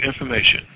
information